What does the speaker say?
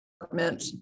department